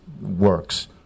works